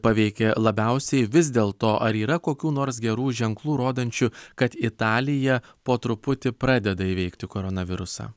paveikė labiausiai vis dėl to ar yra kokių nors gerų ženklų rodančių kad italija po truputį pradeda įveikti koronavirusą